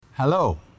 Hello